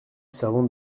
servant